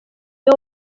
iyo